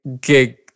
gig